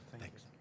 Thanks